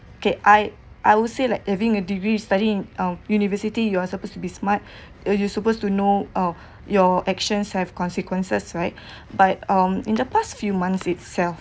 okay I I would say like having a degree studying um university you are supposed to be smart you you're supposed to know uh your actions have consequences right but um in the past few months itself